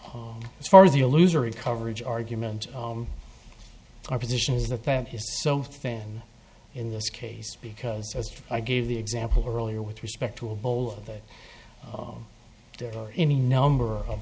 oh as far as a loser of coverage argument our position is that that is so thin in this case because as i gave the example earlier with respect to a bowl of that oh there are any number of